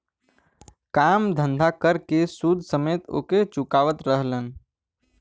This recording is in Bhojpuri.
काम धंधा कर के सूद समेत ओके चुकावत रहलन